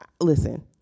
Listen